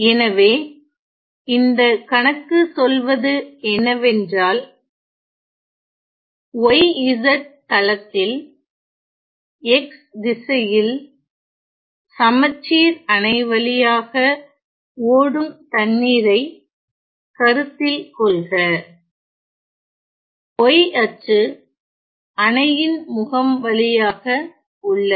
எனவே இந்த கணக்கு சொல்வது என்னவென்றால்y z தளத்தில் x திசையில் சமச்சீர் அணை வழியாக ஓடும் தண்ணீரை கருத்தில் கொள்க y அச்சு அணையின் முகம் வழியாக உள்ளது